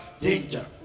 Danger